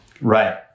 Right